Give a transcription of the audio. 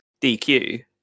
DQ